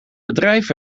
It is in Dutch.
bedrijf